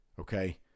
okay